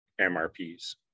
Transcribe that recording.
MRPs